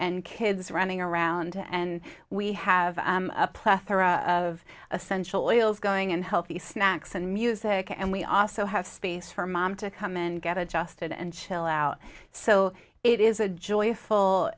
and kids running around and we have a plethora of essential oils going and healthy snacks and music and we also have space for mom to come and get adjusted and chill out so it is a joyful